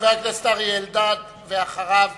חבר הכנסת אריה אלדד, ואחריו,